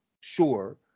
sure